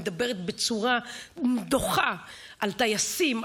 מדברת בצורה דוחה על טייסים,